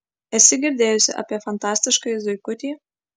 esi girdėjusi apie fantastiškąjį zuikutį